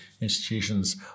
institutions